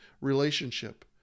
relationship